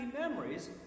memories